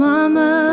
Mama